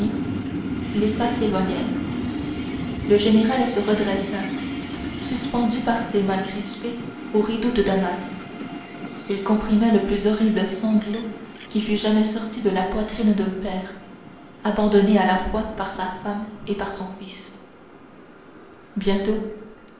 les pas s'éloignèrent le général se redressa suspendu par ses mains crispées au rideau de damas il comprimait le plus horrible sanglot qui fût jamais sorti de la poitrine d'un père abandonné à la fois par sa femme et par son fils bientôt